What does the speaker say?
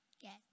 Yes